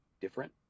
different